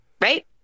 Right